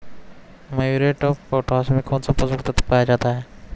Muriate of potash में कौन सा पोषक तत्व पाया जाता है?